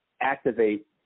activate